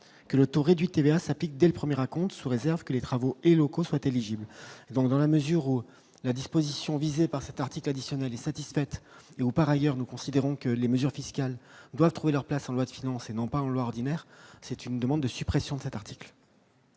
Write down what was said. que le taux réduit TVA s'applique dès le 1er raconte, sous réserve que les travaux et locaux soient éligibles dans la mesure où la disposition visé par cet article additionnel satisfaite et au auparavant hier, nous considérons que les mesures fiscales doivent trouver leur place en loi de finances et non pas en parloir, c'est une demande de suppression de cet article.